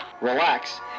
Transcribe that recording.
relax